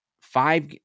five